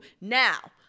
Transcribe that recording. now